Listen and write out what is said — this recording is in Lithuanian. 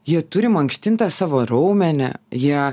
jie turi mankštint tą savo raumenį jie